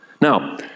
Now